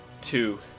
Two